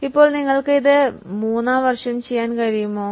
ഇപ്പോൾ നിങ്ങൾക്ക് ഇത് 3 വർഷം ചെയ്യാൻ കഴിയുമോ